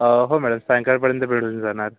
आ हो मॅडम सायंकाळपर्यंत भेटून जाणार